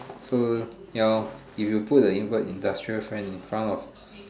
so ya lor if you put the invert industrial strength in front of